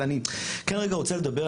אבל אני כרגע רוצה לדבר,